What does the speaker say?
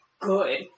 good